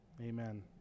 amen